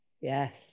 Yes